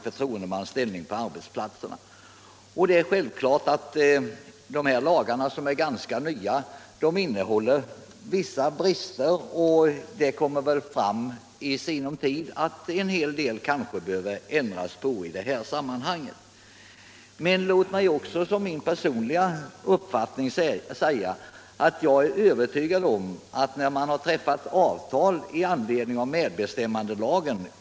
Personligen är jag emellertid övertygad om att många av de tvistefrågor som i dag finns i samband med tillämpningen av dessa lagar kommer att undanröjas när man har träffat avtal I anledning av medbestämmandelagen.